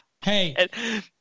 Hey